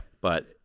But-